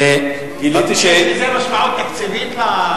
גיליתי, יש משמעות תקציבית להחלטה הזאת?